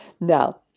Now